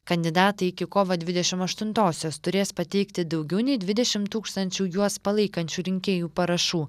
kandidatai iki kovo dvidešimt aštuntosios turės pateikti daugiau nei dvidešimt tūkstančių juos palaikančių rinkėjų parašų